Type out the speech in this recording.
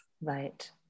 Right